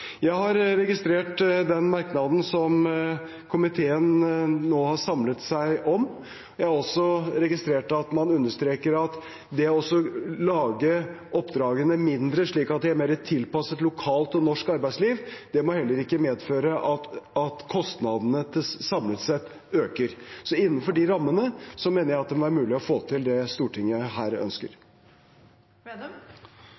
Jeg har registrert den merknaden som komiteen nå har samlet seg om. Jeg har også registrert at man understreker at det å lage oppdragene mindre, slik at de er mer tilpasset lokalt og norsk arbeidsliv, heller ikke må medføre at kostnadene samlet sett øker. Innenfor de rammene mener jeg det er mulig å få til det Stortinget her